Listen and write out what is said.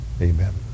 Amen